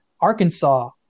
Arkansas